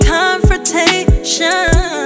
confrontation